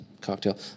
cocktail